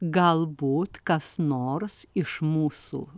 galbūt kas nors iš mūsų